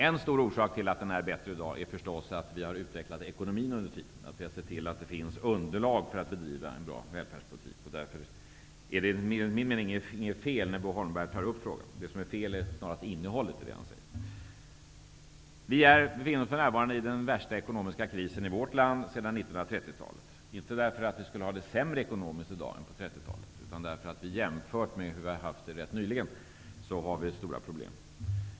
En stor orsak till att välfärdspolitiken är bättre i dag är förstås att vi har utvecklat ekonomin under tiden. Vi har sett till att det finns underlag för att bedriva en bra välfärdspolitik. Därför är det enligt min mening inget fel att Bo Holmberg tar upp frågan. Det som är fel är innehållet i det han säger. Vi befinner oss för närvarande i den värsta ekonomiska krisen i vårt land sedan 1930-talet. Det är inte så att vi har det sämre ekonomiskt i dag än på 30-talet. Det är i stället så att jämfört med hur vi har haft det ganska nyligen har vi stora problem.